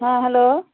ହଁ ହ୍ୟାଲୋ